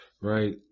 right